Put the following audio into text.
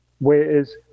whereas